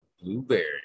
Blueberry